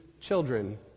children